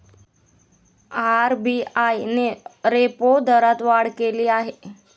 RBI ने repo दरात वाढ केली आहे